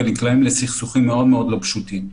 ונקלעים לסכסוכים מאוד לא פשוטים.